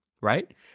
right